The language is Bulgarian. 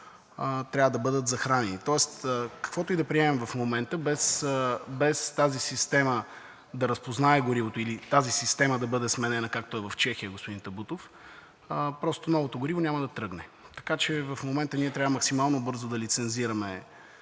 трябва да бъдат захранени. Тоест каквото и да приемем в момента, без тази система да разпознае горивото или тази система да бъде сменена, както е в Чехия, господин Табутов, просто новото гориво няма да тръгне. Така че в момента ние трябва максимално бързо да лицензираме